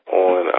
on